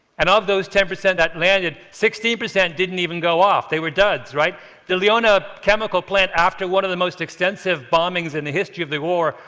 and of those ten percent that landed, sixteen percent didn't even go off they were duds. the leuna chemical plant, after one of the most extensive bombings in the history of the war,